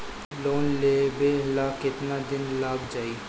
Loan लेबे ला कितना दिन लाग जाई?